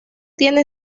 tiene